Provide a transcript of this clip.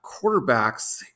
quarterbacks